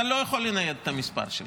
אתה לא יכול לנייד את המספר שלך.